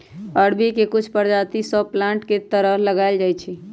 अरबी के कुछ परजाति शो प्लांट के तरह लगाएल जाई छई